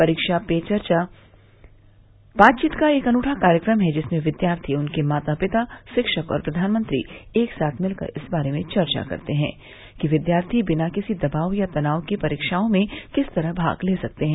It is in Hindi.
परीक्षा पे चर्चा बातचीत का एक अनूठा कार्यक्रम है जिसमें विद्यार्थी उनके माता पिता शिक्षक और प्रधानमंत्री एक साथ मिलकर इस बारे में चर्चा करते हैं कि विद्यार्थी बिना किसी दबाव या तनाव के परीक्षाओं में किस तरह भाग ले सकते हैं